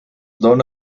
dóna